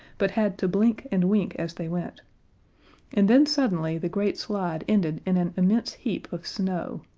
but had to blink and wink as they went and then suddenly the great slide ended in an immense heap of snow,